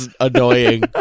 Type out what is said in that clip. annoying